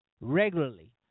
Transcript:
regularly